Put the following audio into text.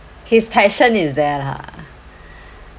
his passion is there lah